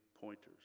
pointers